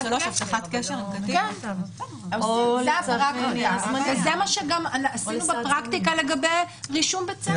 --- זה --- וזה מה שגם עשינו בפרקטיקה לגבי רישום בית ספר.